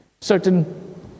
certain